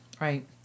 right